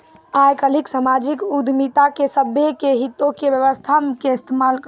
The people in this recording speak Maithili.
आइ काल्हि समाजिक उद्यमिता के सभ्भे के हितो के व्यवस्था मे इस्तेमाल करलो जाय छै